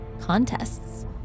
contests